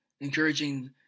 encouraging